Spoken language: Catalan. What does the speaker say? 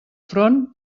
front